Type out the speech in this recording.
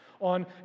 On